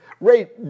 Ray